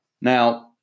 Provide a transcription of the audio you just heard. Now